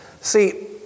See